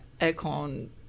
aircon